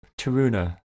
Taruna